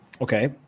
Okay